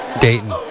Dayton